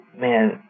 Man